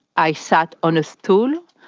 i sat on a stool,